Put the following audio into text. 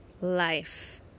life